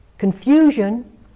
Confusion